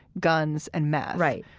guns and meth. right.